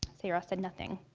sayra said nothing.